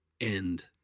end